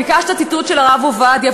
ביקשת ציטוט של הרב עובדיה,